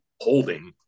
holding